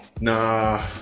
Nah